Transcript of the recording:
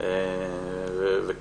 ועל מה היא מוציאה.